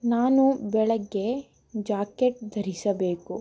ನಾನು ಬೆಳಗ್ಗೆ ಜಾಕೆಟ್ ಧರಿಸಬೇಕು